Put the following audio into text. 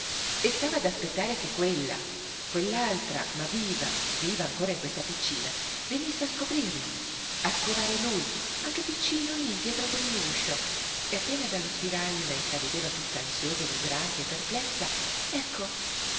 e stava ad aspettare che quella quell'altra ma viva viva ancora in questa piccina venisse a scoprirlo a scovar lui anche piccino lí dietro quell'uscio e appena dallo spiraglio la intravedeva tutta ansiosa e vibrante e perplessa ecco